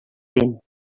vent